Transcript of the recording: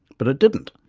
but it didn't.